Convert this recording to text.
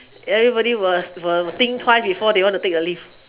everybody will will think twice before they want to take the lift